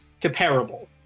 comparable